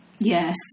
Yes